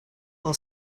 will